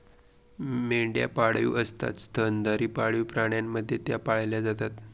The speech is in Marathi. मेंढ्या पाळीव असतात स्तनधारी पाळीव प्राण्यांप्रमाणे त्या पाळल्या जातात